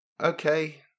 Okay